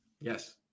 Yes